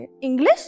English